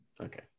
Okay